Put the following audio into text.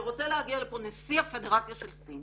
וכשרוצה להגיע לפה נשיא הפדרציה של סין